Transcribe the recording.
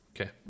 Okay